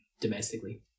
domestically